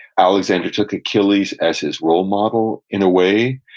alexander took achilles as his role model in a way.